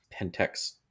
Pentex